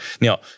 Now